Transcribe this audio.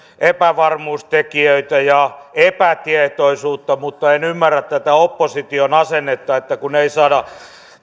epävarmuustekijöitä ja epätietoisuutta mutta en ymmärrä tätä opposition asennetta että kun ei saada